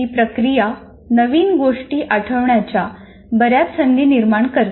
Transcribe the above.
ही प्रक्रिया नवीन गोष्टी आठवण्याच्या बऱ्याच संधी निर्माण करते